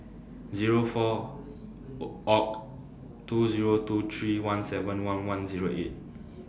Zero four O two Zero two three one seven one one Zero eight